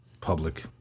public